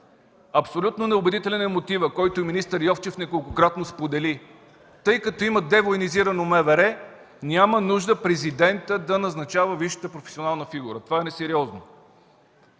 Абсолютно неубедителен е мотивът, който министър Йовчев неколкократно сподели: тъй като има девоенизирано МВР, няма нужда президентът да назначава висшата професионална фигура. Това е несериозно.